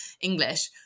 english